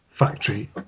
factory